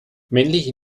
männliche